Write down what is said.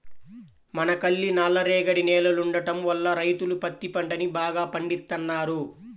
మనకల్లి నల్లరేగడి నేలలుండటం వల్ల రైతులు పత్తి పంటని బాగా పండిత్తన్నారు